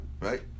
Right